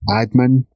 admin